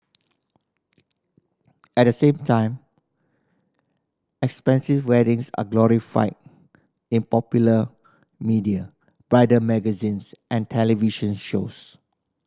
at the same time expensive weddings are glorified in popular media bridal magazines and television shows